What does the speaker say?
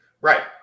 right